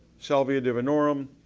salvia divinorum,